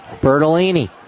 Bertolini